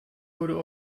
wurde